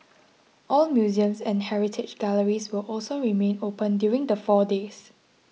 all museums and heritage galleries will also remain open during the four days